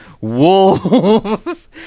wolves